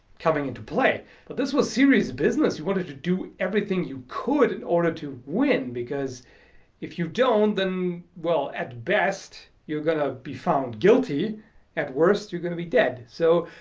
coming into play but this was serious business you wanted to do everything you could in order to win because if you don't, well at best, you're gonna be found guilty at worst, you're gonna be dead, so